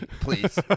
please